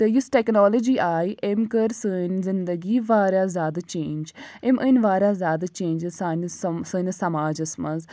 تہٕ یُس ٹیٚکنالجی آیہِ أمۍ کٔر سٲنۍ زِندگی واریاہ زیادٕ چینٛج أمۍ أنۍ واریاہ زیادٕ چینجِز سانہِ سم سٲنِس سماجَس منٛز